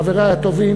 חברי הטובים,